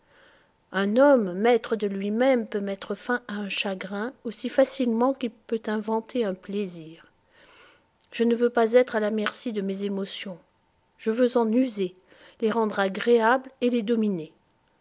un homme maître de lui-même peut mettre fin à un chagrin aussi facilement qu'il peut inventer un plaisir je ne veux pas être à la merci de mes émotions je veux en user les rendre agréables et les dominer